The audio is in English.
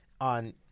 on